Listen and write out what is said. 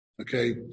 Okay